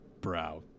brow